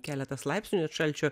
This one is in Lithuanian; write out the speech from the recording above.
keletas laipsnių net šalčio